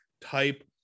type